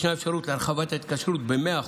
ישנה אפשרות להרחבת ההתקשרות ב-100%.